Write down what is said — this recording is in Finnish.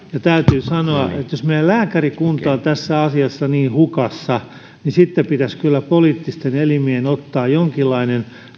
täytyy sanoa että jos meidän lääkärikuntamme on tässä asiassa niin hukassa niin sitten pitäisi kyllä poliittisten elimien ottaa jonkinlainen